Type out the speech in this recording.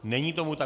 Není tomu tak.